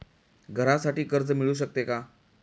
घरासाठी कर्ज मिळू शकते का?